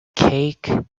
cake